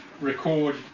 record